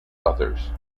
others